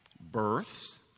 births